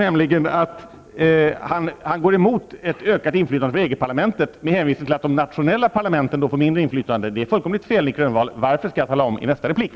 Han går emot ett ökat inflytande från EG-parlamentet med hänvisning till att de nationella parlamenten får mindre inflytande. Det är fullkomligt fel, Nic Grönvall. Varför skall jag tala om i min nästa replik.